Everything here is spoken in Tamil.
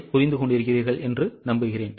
அதைப் புரிந்து கொண்டிருக்கிறீர்களா